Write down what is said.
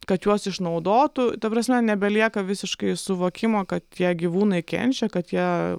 kad juos išnaudotų ta prasme nebelieka visiškai suvokimo kad tie gyvūnai kenčia kad jie